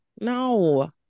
no